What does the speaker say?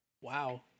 Wow